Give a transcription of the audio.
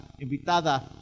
invitada